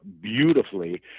beautifully